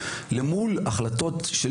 אל מול החלטות של